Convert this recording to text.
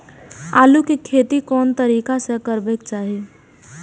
आलु के खेती कोन तरीका से करबाक चाही?